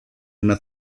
una